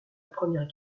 première